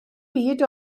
byd